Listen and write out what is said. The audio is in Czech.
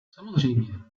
samozřejmě